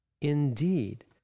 Indeed